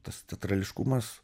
tas teatrališkumas